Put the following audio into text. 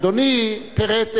אדוני פירט אחד,